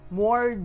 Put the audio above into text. more